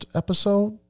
episode